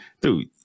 dude